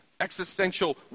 existential